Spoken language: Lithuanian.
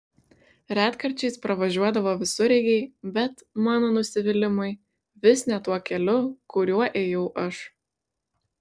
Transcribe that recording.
retkarčiais pravažiuodavo visureigiai bet mano nusivylimui vis ne tuo keliu kuriuo ėjau aš